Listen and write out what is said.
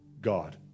God